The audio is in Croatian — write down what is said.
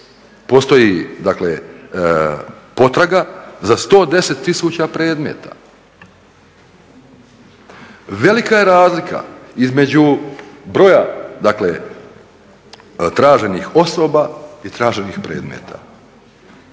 postoji dakle potraga za 110 tisuća predmeta. Velika je razlika između broja dakle traženih osoba i traženih predmeta.